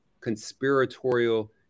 conspiratorial